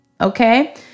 okay